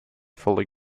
fully